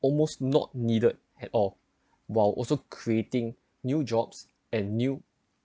almost not needed at all while also creating new jobs and new